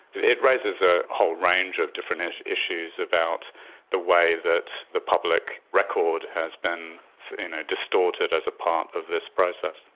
it raises a whole range of different issues issues about the way that the public record has been ah distorted as a part of this process.